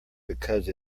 because